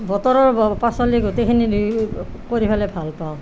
বতৰৰ ব পাচলি গোটেইখিনি দি কৰি ফেলাই ভাল পাওঁ